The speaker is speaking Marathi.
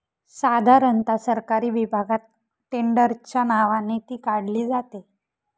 साधारणता सरकारी विभागात टेंडरच्या नावाने ती काढली जाते